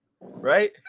right